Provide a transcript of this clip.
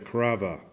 Crava